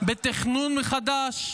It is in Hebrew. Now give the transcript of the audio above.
בתכנון מחדש,